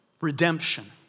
Redemption